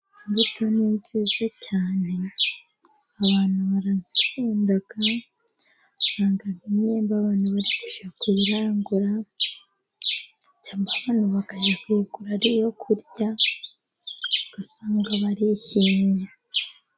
Imbuto ni nziza cyane abantu barazikunda, usanga imyembe abantu bari kujya kuyirangura, cyangwa abantu bakayigura ari iyo kurya, ugasanga barishimye.